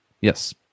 Yes